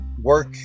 work